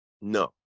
no